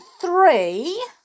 three